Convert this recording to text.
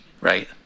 right